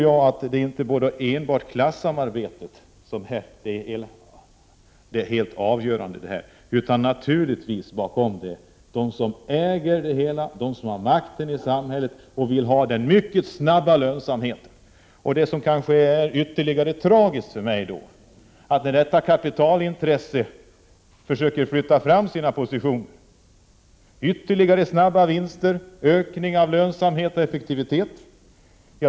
Jag tror att klassamarbetet inte är helt avgörande, utan naturligtvis är det de som äger det hela och har makten i samhället som ligger bakom och vill ha mycket snabb lönsamhet. Det som för mig då framstår som än mer tragiskt är att detta kapitalintresse försöker flytta fram sina positioner och få ytterligare snabba vinster, ökning av lönsamheten och effektiviteten.